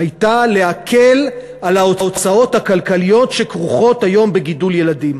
הייתה להקל את ההוצאות הכלכליות שכרוכות היום בגידול ילדים.